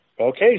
Okay